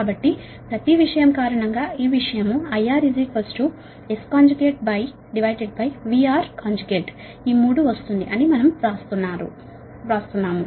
కాబట్టి ప్రతి విషయం కారణంగా ఈ విషయం IR SVR ఈ 3 వస్తుంది అని మనం వ్రాస్తున్నాము